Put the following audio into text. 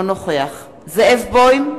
אינו נוכח זאב בוים,